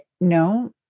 No